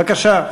בבקשה,